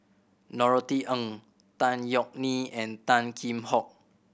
Norothy Ng Tan Yeok Nee and Tan Kheam Hock